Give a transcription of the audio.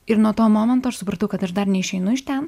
ir nuo to momento aš supratau kad aš dar neišeinu iš ten